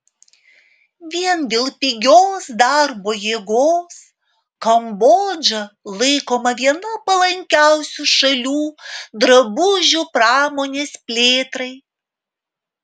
vien dėl pigios darbo jėgos kambodža laikoma viena palankiausių šalių drabužių pramonės plėtrai